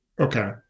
okay